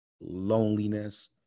loneliness